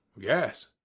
yes